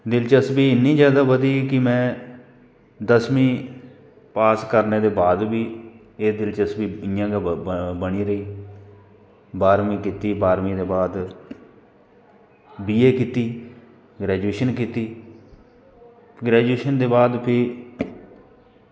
दिलचस्पी इ'न्नी ज्यादा बधी कि में दसमीं पास करने दे बाद बी एह् दिलचस्पी इ'यां गै बनी रेही बाह्रमीं कीती बाह्रमीं दे बाद बी ए कीती ग्रैजुएशन कीती ग्रैजुएशन दे बाद फ्ही